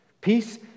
Peace